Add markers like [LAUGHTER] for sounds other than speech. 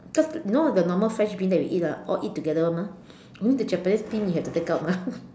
because you know the normal fresh bean that we eat ah all eat together [one] mah only the Japanese bean you have to take out mah [LAUGHS]